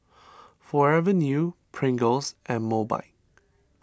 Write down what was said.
Forever New Pringles and Mobike